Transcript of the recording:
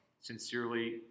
Sincerely